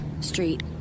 Street